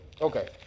Okay